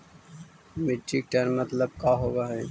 Metric ton मतलब का होव हइ?